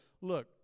look